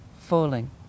falling